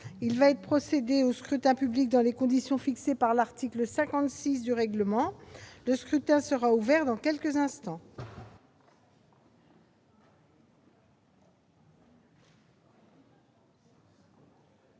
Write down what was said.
Il va être procédé au scrutin dans les conditions fixées par l'article 56 du règlement. Le scrutin est ouvert. Personne ne demande